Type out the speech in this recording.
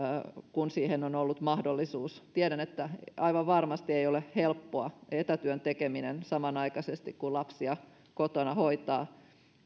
kun siihen on ollut mahdollisuus tiedän että aivan varmasti ei ole helppoa etätyön tekeminen samanaikaisesti kun lapsia kotona hoitaa